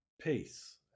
peace